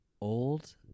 old